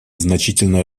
значительно